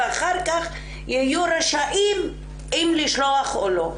ואחר כך יהיו רשאים אם לשלוח או לא.